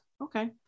okay